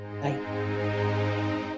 Bye